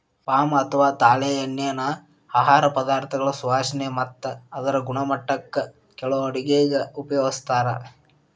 palm ಅಥವಾ ತಾಳೆಎಣ್ಣಿನಾ ಆಹಾರ ಪದಾರ್ಥಗಳ ಸುವಾಸನೆ ಮತ್ತ ಅದರ ಗುಣಮಟ್ಟಕ್ಕ ಕೆಲವು ಅಡುಗೆಗ ಉಪಯೋಗಿಸ್ತಾರ